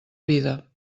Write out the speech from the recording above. vida